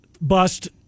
bust